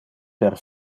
per